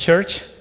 Church